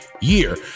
year